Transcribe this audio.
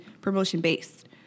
promotion-based